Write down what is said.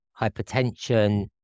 hypertension